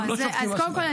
אנחנו לא --- קודם כול,